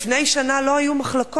לפני שנה לא היו מחלוקות,